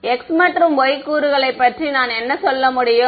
x மற்றும் y கூறுகளைப் பற்றி நான் என்ன சொல்ல முடியும்